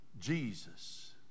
Jesus